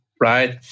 Right